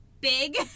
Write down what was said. big